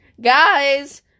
Guys